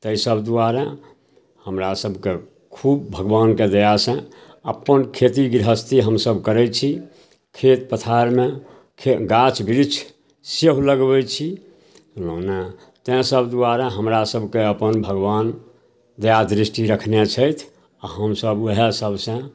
ताहिसब दुआरे हमरासभके खूब भगवानके दयासे अपन खेती गिरहस्थी हमसभ करै छी खेत पथारमे खे गाछ बिरिछ सेहो लगबै छी बुझलहुँ ने ताहिसब दुआरे हमरासभके अपन भगवान दया दृष्टि रखने छथि आओर हमसभ ओहे सभसे